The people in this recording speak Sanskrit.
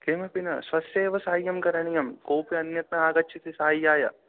किमपि न स्वस्यैव सहायं करणीयं कोऽपि अन्यः नागच्छति सहाय्याय